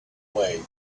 way